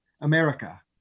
America